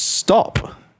Stop